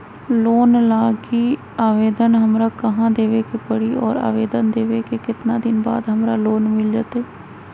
Loan लागी आवेदन हमरा कहां देवे के पड़ी और आवेदन देवे के केतना दिन बाद हमरा लोन मिल जतई?